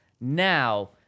now